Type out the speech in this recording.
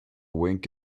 wink